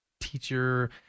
teacher